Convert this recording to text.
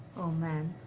oh man.